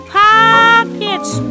pockets